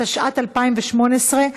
התשע"ט 2018,